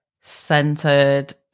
centered